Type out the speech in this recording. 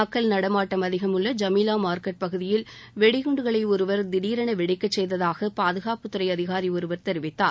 மக்கள் நடமாட்டம் அதிகமுள்ள ஜமீலா மார்க்கெட் பகுதியில் வெடிகுண்டுகளை ஒருவர் திடரென வெடிக்கச் செய்ததாக பாதுகாப்புத்துறை அதிகாரி ஒருவர் தெரிவித்தார்